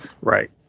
Right